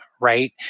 right